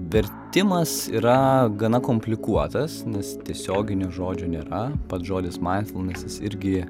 vertimas yra gana komplikuotas nes tiesioginio žodžio nėra pats žodis maindfulnes jis irgi